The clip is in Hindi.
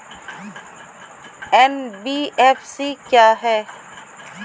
एन.बी.एफ.सी क्या है?